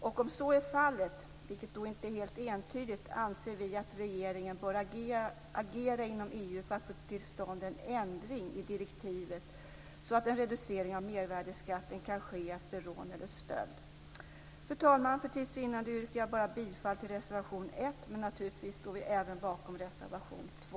Om så är fallet, vilket inte är helt entydigt, anser vi att regeringen bör agera inom EU för att få till stånd en ändring i direktivet så att en reducering av mervärdesskatten kan ske efter rån eller stöld. Fru talman! För tids vinnande yrkar jag bifall bara till reservation 1, men naturligtvis står vi även bakom reservation 2.